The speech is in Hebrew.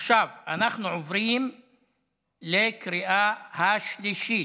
עכשיו אנחנו עוברים לקריאה השלישית.